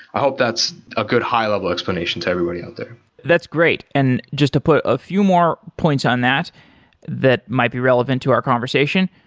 i hope that's a good high-level explanation to everybody out there that's great. and just to put a few more points on that that might be relevant to our conversation.